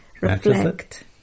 reflect